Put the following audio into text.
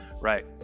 right